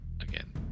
again